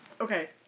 okay